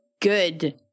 good